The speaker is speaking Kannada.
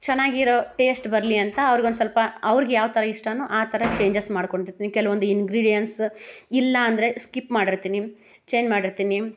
ಚೆನ್ನಾಗಿರೋ ಟೇಸ್ಟ್ ಬರಲಿ ಅಂತ ಅವ್ರಿಗೊಂದು ಸ್ವಲ್ಪ ಅವ್ರಿಗೆ ಯಾವ ಥರ ಇಷ್ಟನೋ ಆ ಥರ ಚೇಂಜಸ್ ಮಾಡಿಕೊಂಡಿರ್ತೀನಿ ಕೆಲವೊಂದು ಇಂಗ್ರೀಡಿಯೆಂಟ್ಸ್ ಇಲ್ಲ ಅಂದರೆ ಸ್ಕಿಪ್ ಮಾಡಿರ್ತೀನಿ ಚೇಂಜ್ ಮಾಡಿರ್ತೀನಿ